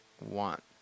want